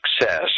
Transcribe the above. success